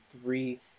three